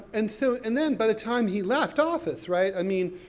and so, and then by the time he left office, right, i mean,